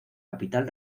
capital